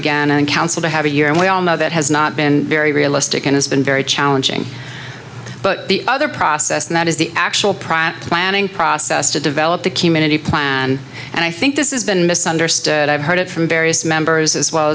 again and council to have a year and we all know that has not been very realistic and it's been very challenging but the other process and that is the actual private planning process to develop the committee plan and i think this is been misunderstood i've heard it from various members as well